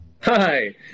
Hi